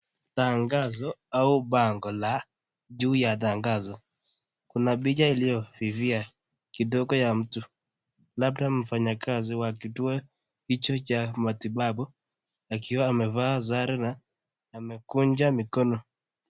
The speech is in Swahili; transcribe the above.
Tangazo au bango la juu ya tangazo, kuna picha iliyofifia kidogo ya mtu, labda mfanyikazi wa kituo hicho cha matibabu akiwa amevaa sare na amekunja mikono.